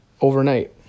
overnight